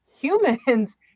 humans